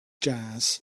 jazz